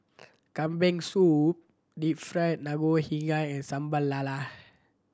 Kambing Soup Deep Fried Ngoh Higang and Sambal Lala